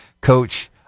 Coach